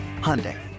Hyundai